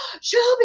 Shelby